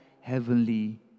heavenly